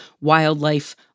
wildlife